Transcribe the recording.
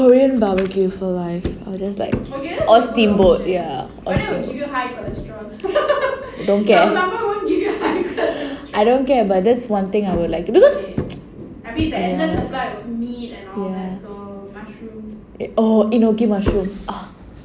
korean barbeque for life I'll just like or steamboat ya or steamboat don't care I don't care but that's one thing I will like because ya oh enoki mushroom ah